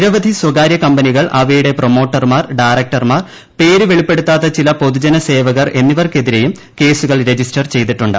നിരവധി സ്ഥകാര്യ കമ്പനികൾ അവയുടെ പ്രമോട്ടർമാർ ഡയറക്ടർമാർ പേര് വെളിപ്പെടുത്താത്ത ചില പൊതുജന സേവകർ എന്നിവർക്കെതിരേയും കേസുകൾ രജിസ്റ്റർ ചെയ്തിട്ടുണ്ട്